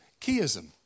keyism